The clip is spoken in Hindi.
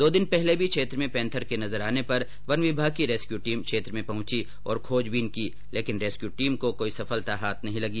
दो दिन पहले भी क्षेत्र में पेंथर के नजर आने पर वन विभाग की रेंस्क्यू टीम क्षेत्र में पहुंची और खोजबीन की लेकिन रेस्क्यू टीम को कोई सफलता हाथ नहीं लगी